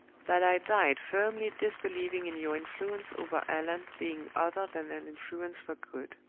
that i died firmly disbelieving in your influence over allan being other than an influence for good.